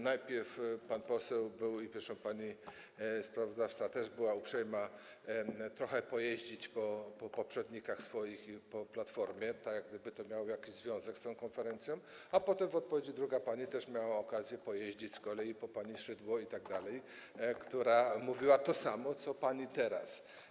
Najpierw pan poseł był uprzejmy, zresztą pani sprawozdawca też była uprzejma trochę pojeździć po swoich poprzednikach, po Platformie, tak jak gdyby to miało jakiś związek z tą konferencją, a potem w odpowiedzi druga pani też miała okazję pojeździć z kolei po pani Szydło itd., która mówiła to samo, co pani teraz.